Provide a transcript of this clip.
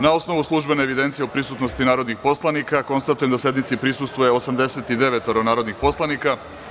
Na osnovu službene evidencije o prisutnosti narodnih poslanika, konstatujem da sednici prisustvuje 89 narodnih poslanika.